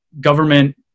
government